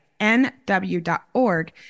nw.org